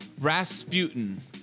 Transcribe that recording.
Rasputin